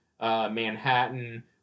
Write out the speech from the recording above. Manhattan